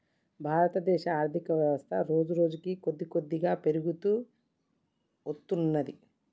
భారతదేశ ఆర్ధికవ్యవస్థ రోజురోజుకీ కొద్దికొద్దిగా పెరుగుతూ వత్తున్నది